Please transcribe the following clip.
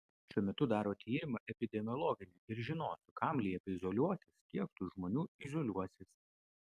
šiuo metu daro tyrimą epidemiologinį ir žinosiu kam liepia izoliuotis kiek tų žmonių izoliuosis